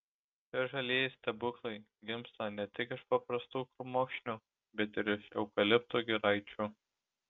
čia žalieji stebuklai gimsta ne tik iš paprastų krūmokšnių bet ir iš eukaliptų giraičių